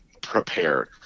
prepared